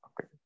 okay